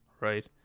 right